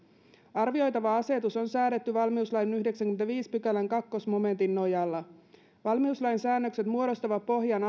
arvioitava asetus on säädetty valmiuslain yhdeksännenkymmenennenviidennen pykälän toisen momentin nojalla valmiuslain säännökset muodostavat pohjan